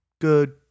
Good